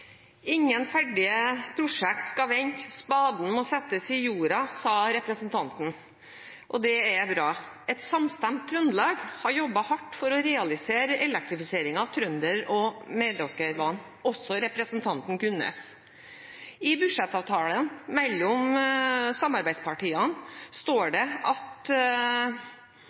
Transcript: Ingen ferdige prosjekter skal vente, spaden må settes i jorda, sa representanten. Det er bra. Et samstemt Trøndelag har jobbet hardt for å realisere elektrifiseringen av Trønder- og Meråkerbanen, også representanten Gunnes. I budsjettavtalen mellom samarbeidspartiene står det at